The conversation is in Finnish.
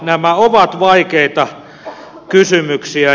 nämä ovat vaikeita kysymyksiä